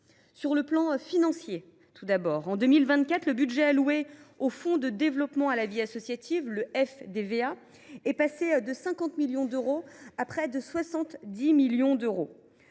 Sur le plan financier, en 2024, le budget alloué au fonds pour le développement de la vie associative (FDVA) est passé de 50 millions d’euros à près de 70 millions d’euros,